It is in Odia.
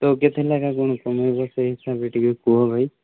ତ କେତେ ଲେଖା କ'ଣ କମେଇବ ସେଇ ହିସାବରେ ଟିକେ କୁହ ଭାଇ